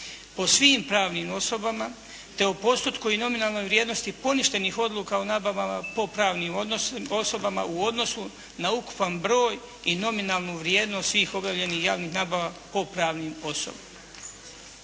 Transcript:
po svim pravnim osobama, te u postotku i nominalnoj vrijednosti poništenih odluka o nabavama po pravnim osobama u odnosu na ukupan broj i nominalnu vrijednost svih obavljenih javnih nabava po pravnim osobama.